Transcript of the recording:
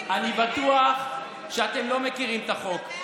אני בטוח שאתם לא מכירים את החוק,